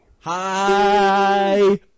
Hi